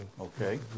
Okay